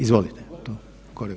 Izvolite.